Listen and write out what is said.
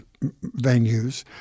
venues